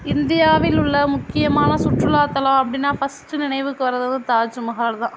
இந்தியாவில் உள்ள முக்கியமான சுற்றுலாத்தலம் அப்படின்னா ஃபர்ஸ்ட்டு நினைவுக்கு வரது வந்து தாஜ்மஹால் தான்